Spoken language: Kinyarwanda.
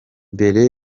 mbere